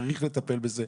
צריך לטפל בזה,